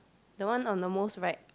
the one on the most right